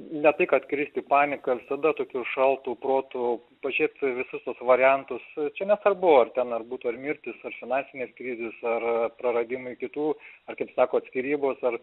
ne tai kad krist į paniką visada tokiu šaltu protu pažėt visus tuos variantus tai nesvarbu ar ten ar būtų ar mirtys ar finansinės krizės ar praradimai kitų ar kaip sakot skyrybos ar